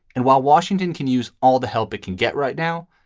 and while washington can use all the help it can get right now,